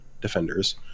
Defenders